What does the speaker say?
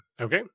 Okay